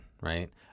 Right